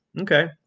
okay